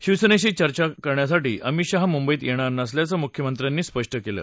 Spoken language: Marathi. शिवसेनेशी चर्चा करण्यासाठी अमित शहा मुंबईत येणार नसल्याचं मुख्यमंत्र्यांनी स्पष्ट केलं